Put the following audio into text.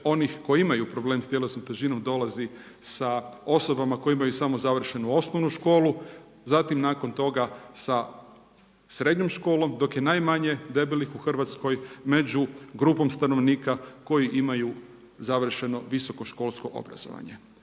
onih koji imaju problem sa tjelesnom težinom dolazi sa osobama koji imaju samo završenu osnovnu školu. Zatim nakon toga sa srednjom školom, dok je najmanje debelih u Hrvatskoj među grupom stanovnika koji imaju završeno visoko školsko obrazovanje.